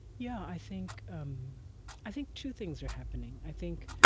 yeah i think um i think two things are happening. i think